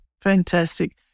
Fantastic